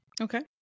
Okay